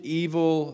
evil